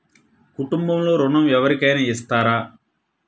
కుటుంబంలో ఋణం ఎవరికైనా ఇస్తారా?